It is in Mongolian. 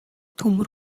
төмөр